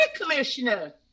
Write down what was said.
commissioner